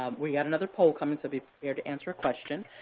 ah we've got another poll coming, so be prepared to answer a question.